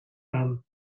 aan